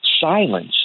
silence